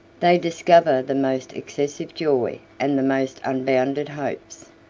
they discover the most excessive joy, and the most unbounded hopes.